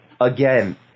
again